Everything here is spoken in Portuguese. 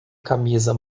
camisa